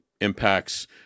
impacts